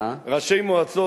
ראשי מועצות.